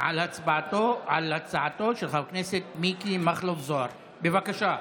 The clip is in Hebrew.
על הצעתו של חבר הכנסת מיקי מכלוף זוהר, בבקשה.